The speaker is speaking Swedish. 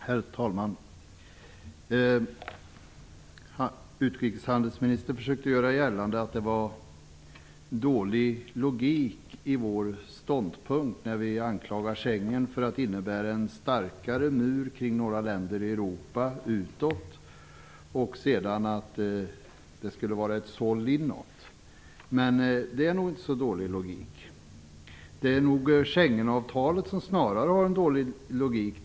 Herr talman! Utrikeshandelsministern försöker göra gällande att det är dålig logik i vår ståndpunkt när vi anklagar Schengen för att utåt innebära en starkare mur kring några länder i Europa och för att inåt innebära ett såll. Men logiken är nog inte så dålig. Snarare är det nog Schengenavtalet som har en dålig logik.